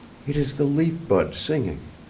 it is the leaf bud singing.